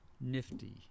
nifty